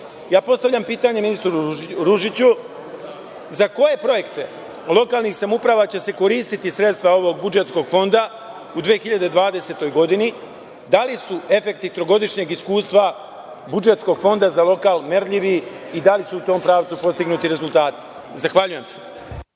dinara. Postavljam pitanje, ministru Ružiću, za koje projekte lokalnih samouprava će se koristiti sredstva ovog budžetskog fonda u 2020. godini? Da li su efekti trogodišnjeg iskustva budžetskog fonda za lokal merljivi i da li su u tom pravcu postignuti rezultati? Zahvaljujem se.